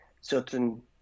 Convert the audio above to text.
certain